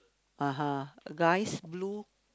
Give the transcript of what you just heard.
(uh huh) guys blue